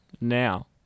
now